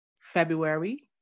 February